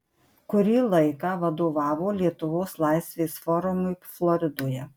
kurį laiką vadovavo lietuvos laisvės forumui floridoje